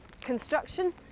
construction